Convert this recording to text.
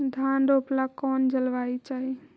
धान रोप ला कौन जलवायु चाही?